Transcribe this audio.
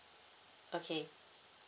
okay